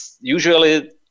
usually